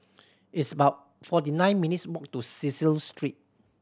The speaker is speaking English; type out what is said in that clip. it's about forty nine minutes' walk to Cecil Street